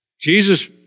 Jesus